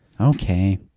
Okay